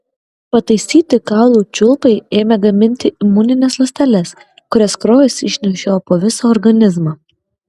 pataisyti kaulų čiulpai ėmė gaminti imunines ląsteles kurias kraujas išnešiojo po visą organizmą